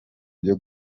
byo